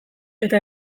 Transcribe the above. eta